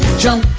jump